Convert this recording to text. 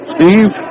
Steve